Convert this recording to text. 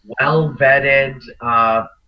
well-vetted